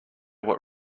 what